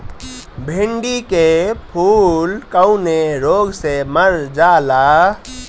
भिन्डी के फूल कौने रोग से मर जाला?